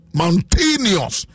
mountainous